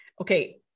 Okay